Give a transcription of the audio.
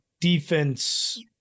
defense